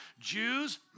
Jews